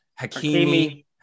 Hakimi